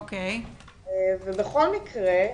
בכל מקרה,